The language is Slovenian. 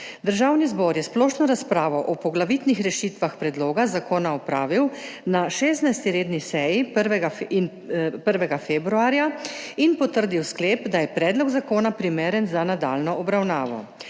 Državni zbor je splošno razpravo o poglavitnih rešitvah predloga zakona opravil na 16. redni seji 1. februarja in potrdil sklep, da je predlog zakona primeren za nadaljnjo obravnavo.